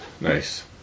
nice